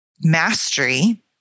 mastery